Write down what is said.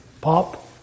Pop